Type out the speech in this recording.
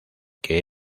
que